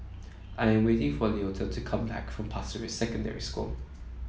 I am waiting for Leota to come back from Pasir Ris Secondary School